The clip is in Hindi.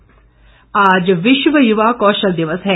युवा कौशल आज विश्व युवा कौशल दिवस है